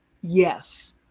Yes